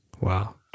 Wow